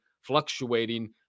fluctuating